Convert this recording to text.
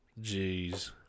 Jeez